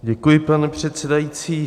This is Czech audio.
Děkuji, pane předsedající.